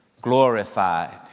glorified